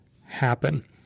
happen